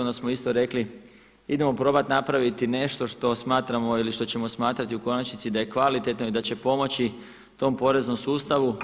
Onda smo isto rekli, idemo probati napraviti nešto što smatramo ili što ćemo smatrati u konačnici da je kvalitetno i da će pomoći tom poreznom sustavu.